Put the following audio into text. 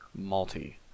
malty